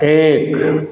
एक